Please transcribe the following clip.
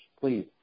Please